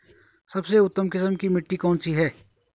सबसे उत्तम किस्म की मिट्टी कौन सी है?